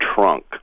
trunk